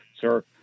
sir